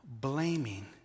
blaming